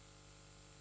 Grazie